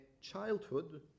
childhood